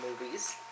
movies